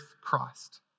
Christ